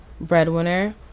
breadwinner